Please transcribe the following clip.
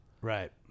right